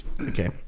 Okay